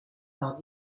par